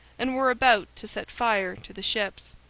and were about to set fire to the ships.